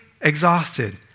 exhausted